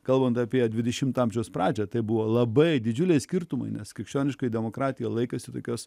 kalbant apie dvidešimto amžiaus pradžią tai buvo labai didžiuliai skirtumai nes krikščioniška demokratija laikosi tokios